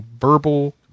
verbal